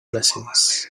blessings